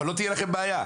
אבל לא תהיה לכם בעיה.